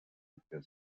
abwehr